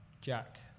Jack